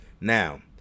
Now